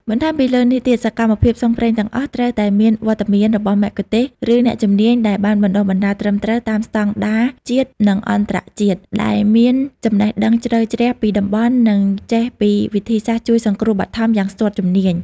បន្ថែមពីលើនេះទៀត សកម្មភាពផ្សងព្រេងទាំងអស់ត្រូវតែមានវត្តមានរបស់មគ្គុទ្ទេសក៍ឬអ្នកជំនាញដែលបានបណ្ដុះបណ្ដាលត្រឹមត្រូវតាមស្តង់ដារជាតិនិងអន្តរជាតិ ដែលមានចំណេះដឹងជ្រៅជ្រះពីតំបន់ និងចេះពីវិធីសាស្ត្រជួយសង្គ្រោះបឋមយ៉ាងស្ទាត់ជំនាញ។